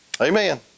Amen